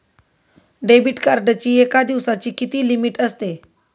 Debit कार्डची एका दिवसाची किती लिमिट असते?